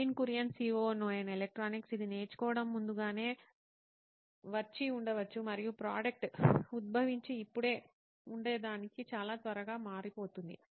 Nitin Kurian COO నోయిన్ electronics ఇది నేర్చుకోవడం ముందు గానే వచ్చి ఉండవచ్చు మరియు ప్రోడక్ట్ ఉద్భవించి ఇప్పుడే ఉండేదానికి చాలా త్వరగా మారిపోతుంది